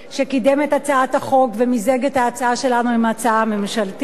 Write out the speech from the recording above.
שקידם את הצעת החוק ומיזג את ההצעה שלנו עם ההצעה הממשלתית,